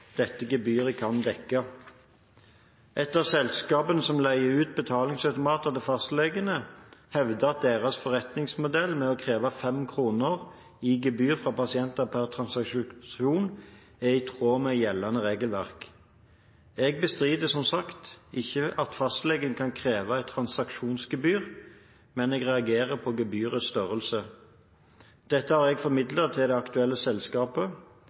gebyret kan dekke. Et av selskapene som leier ut betalingsautomater til fastlegene, hevder at deres forretningsmodell med å kreve 5 kr i gebyr fra pasienter per transaksjon er i tråd med gjeldende regelverk. Jeg bestrider, som sagt, ikke at fastlegen kan kreve et transaksjonsgebyr, men jeg reagerer på gebyrets størrelse. Dette har jeg formidlet til det aktuelle selskapet,